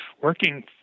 working